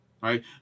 Right